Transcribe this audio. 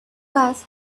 was